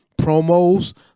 promos